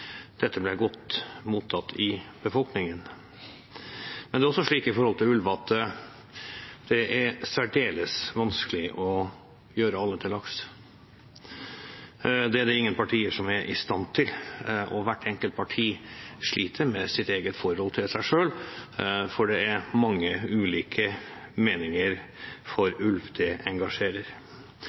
dette ble godt mottatt i befolkningen. Men det er også slik når det gjelder ulv, at det er særdeles vanskelig å gjøre alle til lags. Det er det ingen partier som er i stand til. Hvert enkelt parti sliter med sitt eget forhold til seg selv, for det er mange ulike meninger om ulv – det engasjerer.